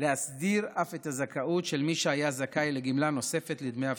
להסדיר אף את הזכאות של מי שהיה זכאי לגמלה נוספת לדמי אבטלה,